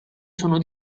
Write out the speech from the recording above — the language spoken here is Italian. sono